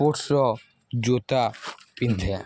ସ୍ପୋଟସ୍ର ଜୋତା ପିନ୍ଧେ